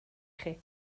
chi